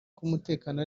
k’umutekano